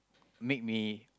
make me